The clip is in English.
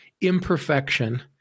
imperfection